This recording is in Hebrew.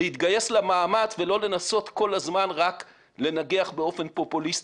להתגייס למאמץ ולא לנסות כל הזמן רק לנגח באופן פופוליסטי.